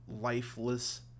lifeless